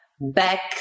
back